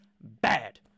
bad